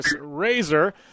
Razor